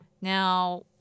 Now